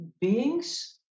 beings